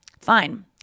fine